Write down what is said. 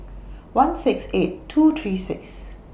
one six eight two three six